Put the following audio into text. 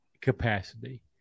capacity